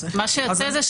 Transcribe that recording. מה שיוצא זה,